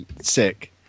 sick